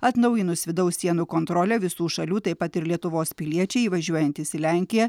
atnaujinus vidaus sienų kontrolę visų šalių taip pat ir lietuvos piliečiai įvažiuojantys į lenkiją